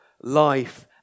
life